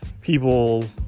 people